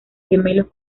gemelos